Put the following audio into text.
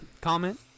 Comment